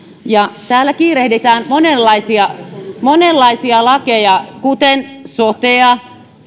täällä kiirehditään monenlaisia monenlaisia lakeja kuten sotea